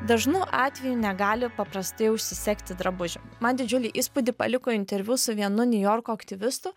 dažnu atveju negali paprastai užsisegti drabužių man didžiulį įspūdį paliko interviu su vienu niujorko aktyvistu